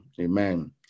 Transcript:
amen